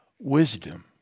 Wisdom